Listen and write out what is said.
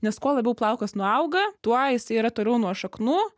nes kuo labiau plaukas nuo auga tuo jisai yra toliau nuo šaknų